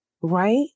right